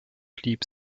blieb